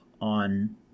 on